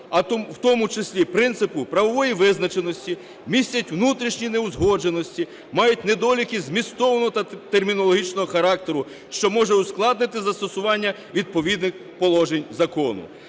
у тому числі принципу правової визначеності, містять внутрішні неузгодженості, мають недоліки змістовного та термінологічного характеру, що може ускладнити застосування відповідних положень закону.